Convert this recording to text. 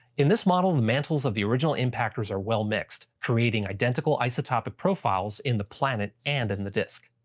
in this model, the mantles of the original impactors are well-mixed, creating identical isotopic profiles in the planet and in the disk.